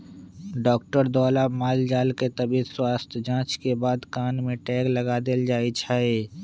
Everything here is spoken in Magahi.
डाक्टर द्वारा माल जाल के तबियत स्वस्थ जांच के बाद कान में टैग लगा देल जाय छै